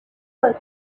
was